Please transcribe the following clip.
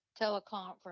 teleconference